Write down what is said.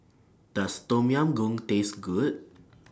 Does Tom Yam Goong Taste Good